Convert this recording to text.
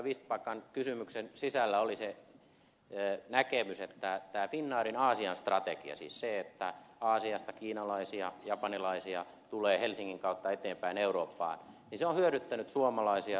vistbackan kysymyksen sisällä oli se näkemys että tämä finnairin aasian strategia siis se että aasiasta kiinalaisia japanilaisia tulee helsingin kautta eteenpäin eurooppaan on hyödyttänyt suomalaisia yrityksiä